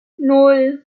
nan